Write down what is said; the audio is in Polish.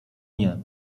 nie